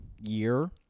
year